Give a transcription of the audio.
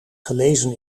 gelezen